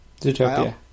Zootopia